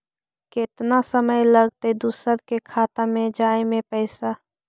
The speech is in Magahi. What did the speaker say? केतना समय लगतैय दुसर के खाता में जाय में पैसा?